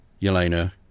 yelena